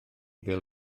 bêl